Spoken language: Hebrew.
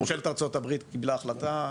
כן, ממשלת ארצות הברית קיבלה החלטה.